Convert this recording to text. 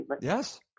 Yes